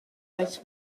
maent